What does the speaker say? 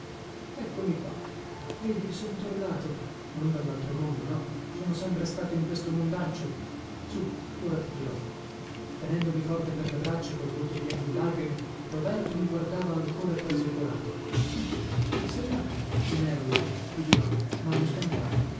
eccomi qua vedi son tornato non dallaltro mondo no sono stato sempre in questo mondaccio sù ora ti dirò tenendomi forte per le braccia col volto pieno di lagrime roberto mi guardava ancora trasecolato ma come se là non ero io ti dirò mhanno scambiato